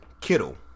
Kittle